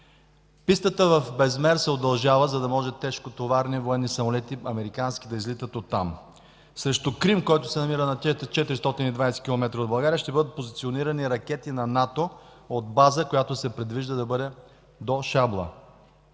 Пистата в Безмер се удължава, за да може американски тежкотоварни военни самолети да излетят оттам. Срещу Крим, който се намира на 420 км от България, ще бъдат позиционирани ракети на НАТО от база, която се предвижда да бъде до Шабла.